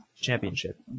championship